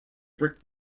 brick